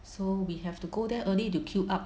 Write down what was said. so we have to go there early to queue up